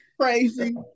crazy